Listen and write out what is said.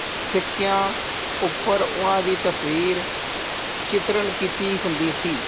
ਸਿੱਕਿਆ ਉੱਪਰ ਉਹਨਾਂ ਦੀ ਤਸਵੀਰ ਚਿਤਰਨ ਕੀਤੀ ਹੁੰਦੀ ਸੀ